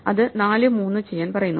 അത് 4 3 ചെയ്യാൻ പറയുന്നു